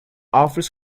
offers